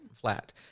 flat